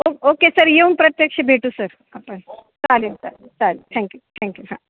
ओ okay sir येऊन प्रत्यक्ष भेटू सर आपण चालेल चालेल चालेल थँक्यू थँक्यू हां